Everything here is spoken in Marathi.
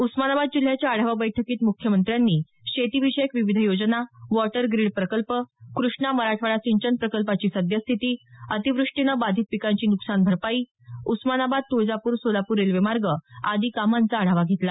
उस्मानाबाद जिल्ह्याच्या आढावा बैठकीत मुख्यमंत्र्यांनी शेतीविषयक विविध योजना वॉटर ग्रीड प्रकल्प क्रष्णा मराठवाडा सिंचन प्रकल्पाची सद्यस्थिती अतिव्रष्टीनं बाधित पिकांची नुकसान भरपाई उस्मानाबाद तुळजापूर सोलापूर रेल्वेमार्ग आदी कामांचा आढावा घेतला